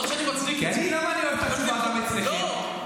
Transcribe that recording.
לא אזרחים ותיקים, כי אמרנו רק מעל 70 שנה.